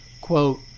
quote